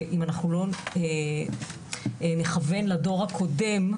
אם אנחנו לא נכוון לדור הקודם,